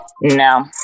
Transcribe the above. No